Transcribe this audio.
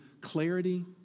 clarity